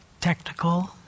technical